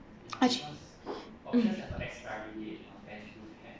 actua~ mm